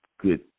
good